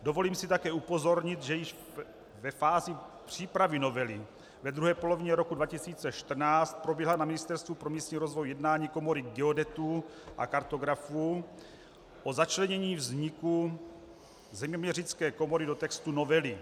Dovolím si také upozornit, že již ve fázi přípravy novely ve druhé polovině roku 2014 proběhla na Ministerstvu pro místní rozvoj jednání Komory geodetů a kartografů o začlenění vzniku Zeměměřické komory do textu novely.